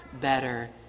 better